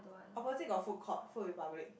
opposite got food court Food Republic